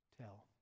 tell